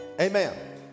Amen